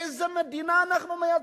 איזו מדינה אנחנו מייצרים?